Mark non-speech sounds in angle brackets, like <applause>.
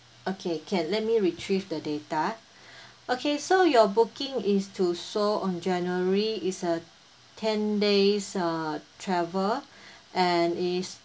okay can let me retrieve the data <breath> okay so your booking is to show on january is a ten days uh travel <breath> and is